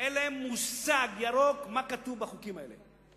אין להם מושג ירוק מה כתוב בחוקים האלה.